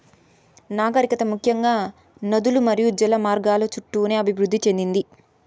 నాగరికత ముఖ్యంగా నదులు మరియు జల మార్గాల చుట్టూనే అభివృద్ది చెందింది